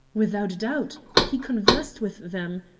without doubt. he conversed with them.